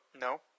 No